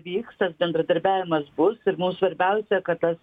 vyks ir bendradarbiavimas bus ir mum svarbiausia kad tas